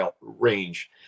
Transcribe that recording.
range